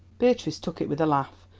beatrice took it with a laugh,